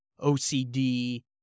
OCD